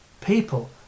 people